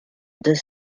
deux